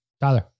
Tyler